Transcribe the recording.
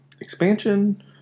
expansion